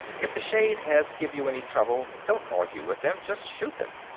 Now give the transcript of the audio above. if the shaveheads give you any trouble, don't argue with them, just shoot them.